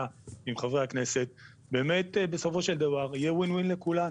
ועם חברי הכנסת באמת בסופו של דבר יהיו מועילים לכולם.